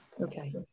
Okay